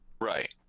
Right